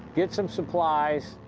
get some supplies,